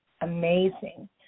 amazing